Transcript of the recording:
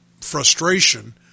frustration